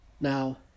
Now